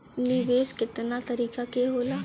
निवेस केतना तरीका के होला?